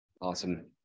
Awesome